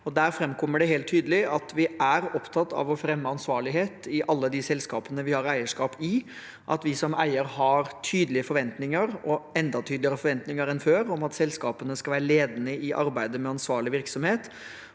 Der framkommer det helt tydelig at vi er opptatt av å fremme ansvarlighet i alle selskaper vi har eierskap i, og at vi som eier har tydelige forventninger – og enda tydeligere forventninger enn før – om at selskapene skal være ledende i arbeidet med ansvarlig virksomhet,